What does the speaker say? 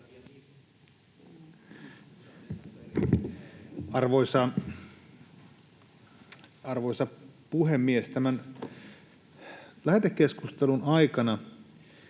Arvoisa puhemies! Tämän lähetekeskustelun aikana